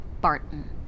Barton